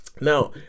Now